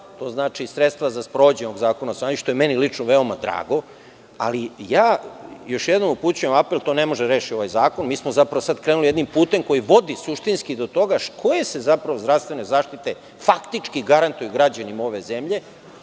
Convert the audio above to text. to znači sredstva za sprovođenje ovog zakona, što je meni lično veoma drago. Još jednom upućujem apel, to ne može da reši ovaj zakon. Mi smo sada krenuli jednim putem koji vodi suštinski do toga koje se zapravo zdravstvene zaštite faktički garantuju građanima ove zemlje?